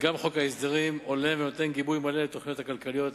וגם חוק ההסדרים עולה ונותן גיבוי מלא לתוכניות הכלכליות,